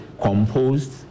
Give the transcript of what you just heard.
composed